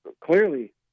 clearly